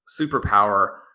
superpower